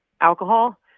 alcohol